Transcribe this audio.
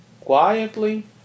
quietly